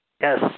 Yes